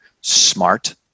smart